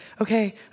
okay